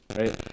right